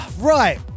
Right